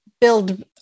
build